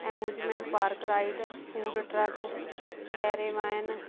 amusement park ride food truck caravan